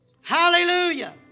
Hallelujah